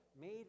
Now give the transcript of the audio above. made